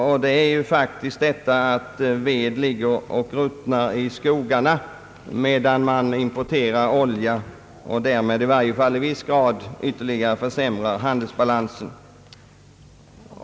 Vad som sker är faktiskt att ved ligger och ruttnar i skogarna, medan man importerar olja och därmed i viss mån ytterligare försämrar handelsbalansen.